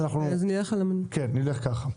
אנחנו נלך ככה.